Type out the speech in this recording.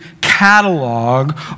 catalog